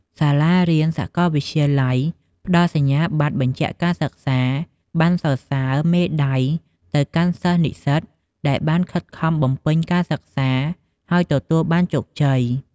សាលារៀន និងសកលវិទ្យាល័យផ្ដល់សញ្ញាបត្របញ្ជាក់ការសិក្សា ប័ណ្ណសរសើរ មេដាយទៅកាន់សិស្សនិស្សិតដែលបានខិតខំបំពេញការសិក្សា ហើយបានទទួលជោគជ័យ។